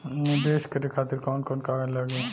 नीवेश करे खातिर कवन कवन कागज लागि?